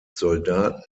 soldaten